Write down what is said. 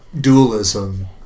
dualism